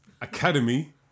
Academy